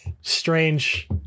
strange